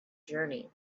journey